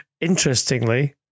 interestingly